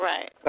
Right